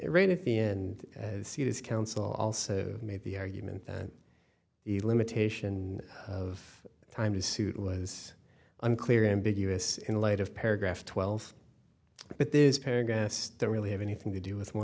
right at the and see this counsel also made the argument that the limitation of time to suit was unclear ambiguous in light of paragraph twelve but these paragraphs don't really have anything to do with one